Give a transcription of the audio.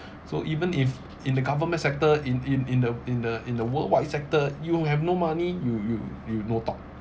so even if in the government sector in in in the in the in the worldwide sector you will have no money you you you no talk